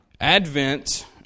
Advent